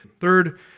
Third